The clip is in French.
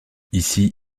ici